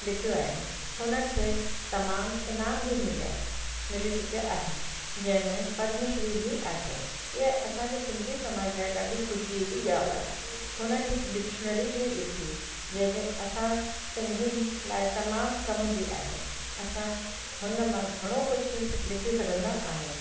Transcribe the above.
लिखियूं आहिनि हुननि खे तमामु इनाम बि मिलिया मिली चुकिया आहिनि जंहिंमें पद्म श्री बि आहे इहा असांजे सिंधी समाज लाइ ॾाढी ख़ुशीअ जी ॻाल्हि आहे हुननि हिक डिक्शनरी बि लिखी जंहिंखे असां सिंधियुनि लाइ त तमामु कम जी आहे असां हुन मां घणो कुझु लिखी सघंदा आहियूं